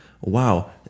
wow